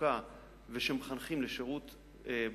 התעסוקה ושמחנכים לשירות בצבא.